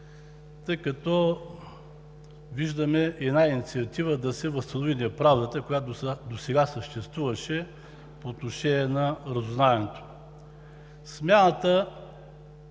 тъй като виждаме една инициатива да се възстанови правдата, която не съществуваше досега по отношение на разузнаването. Смяната